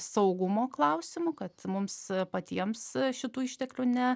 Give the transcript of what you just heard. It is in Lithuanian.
saugumo klausimu kad mums patiems šitų išteklių ne